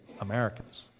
Americans